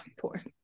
poor